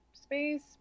space